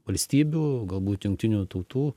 valstybių galbūt jungtinių tautų